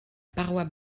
paroi